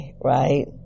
right